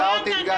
ועוד אחת,